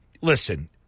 listen